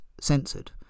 censored